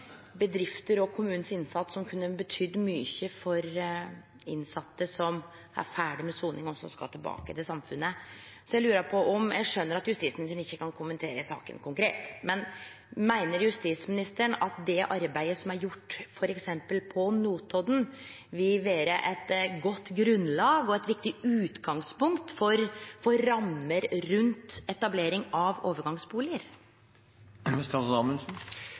bedrifter og kommunen, som kunne betydd mykje for innsette som er ferdige med soning, og som skal tilbake til samfunnet. Eg skjønar at justis- og beredskapsministeren ikkje kan kommentere saka konkret, men meiner justis- og beredskapsministeren at det arbeidet som er gjort, f. eks. på Notodden, vil vere eit godt grunnlag og eit viktig utgangspunkt for rammer rundt etablering av